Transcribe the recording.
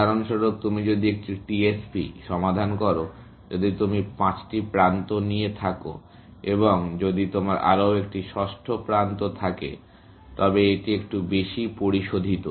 উদাহরণস্বরূপ তুমি যদি একটি টিএসপি সমাধান করো যদি তুমি পাঁচটি প্রান্ত নিয়ে থাকো এবং যদি তোমার আরও একটি ষষ্ঠ প্রান্ত থাকে তবে এটি একটু বেশি পরিশোধিত